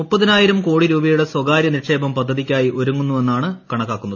മുപ്പതിനായിരം കോടി രൂപയുടെ സ്വകാര്യ നിക്ഷേപം പദ്ധതിയ്ക്കായി ഒരുങ്ങുന്നുവെന്നാണ് കണക്കാക്കുന്നത്